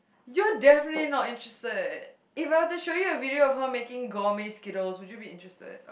you're definitely not interested If I were to show you a video of her making gourmet Skittles would you be interested